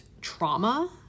trauma